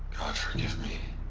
forgive me